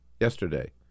Yesterday